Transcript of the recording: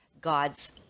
God's